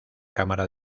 cámara